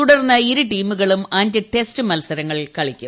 തുടർന്ന് ഇരുടീമുകളും അഞ്ച് ടെസ്റ്റ് മത്സരങ്ങളിൽ കളിക്കും